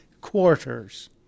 quarters